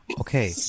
okay